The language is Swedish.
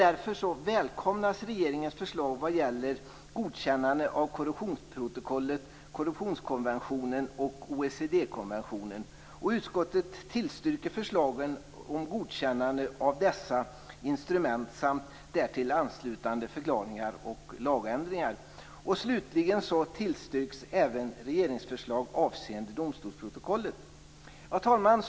Därför välkomnas regeringens förslag vad gäller godkännande av korruptionsprotokollet, korruptionskonventionen och OECD-konventionen. Utskottet tillstyrker förslagen om godkännande av dessa instrument samt därtill anslutande förklaringar och lagändringar. Fru talman!